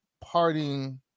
parting